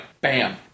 Bam